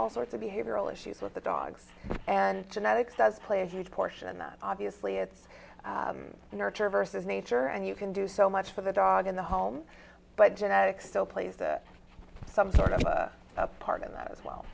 all sorts of behavioral issues with the dogs and genetics says play a huge portion that obviously it's nurture versus nature and you can do so much for the dog in the home but genetics still plays that some part of a part in th